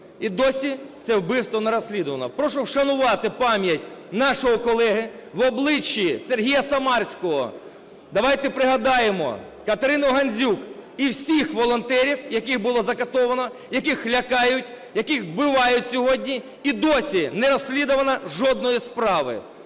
і досі це вбивство не розслідувано. Прошу вшанувати пам'ять нашого колеги. В обличчі Сергія Самарського давайте пригадаємо Катерину Гандзюк і всіх волонтерів, яких було закатовано, яких лякають, яких вбивають сьогодні, і досі не розслідувано жодної справи.